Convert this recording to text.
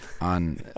on